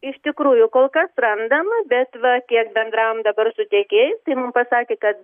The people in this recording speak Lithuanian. iš tikrųjų kol kas randam bet va kiek bendravom dabar su tiekėjais tai mum pasakė kad